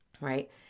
right